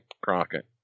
Crockett